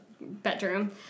bedroom